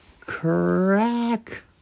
crack